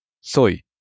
soy